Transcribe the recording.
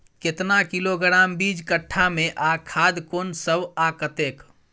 केतना किलोग्राम बीज कट्ठा मे आ खाद कोन सब आ कतेक?